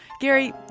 Gary